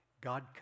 God